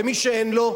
ומי שאין לו?